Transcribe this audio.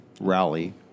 Rally